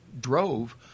Drove